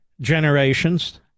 generations